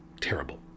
Terrible